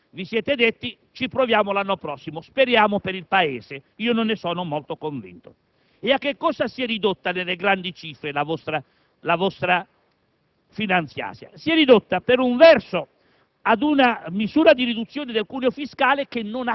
la tassazione sulle locazioni, come avevamo proposto, ripromettendovi di provarci l'anno prossimo, lo spero per il Paese, ma io non ne sono molto convinto. A cosa si è ridotta nelle grandi cifre la vostra